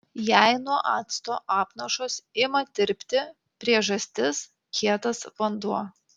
jei nuo acto apnašos ima tirpti priežastis kietas vanduo